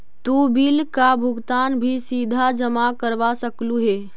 तु बिल का भुगतान भी सीधा जमा करवा सकलु हे